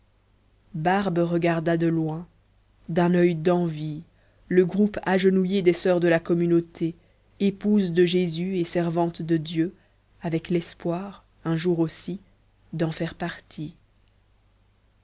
barbe regarda de loin d'un oeil d'envie le groupe agenouillé des soeurs de la communauté épouses de jésus et servantes de dieu avec l'espoir un jour aussi d'en faire partie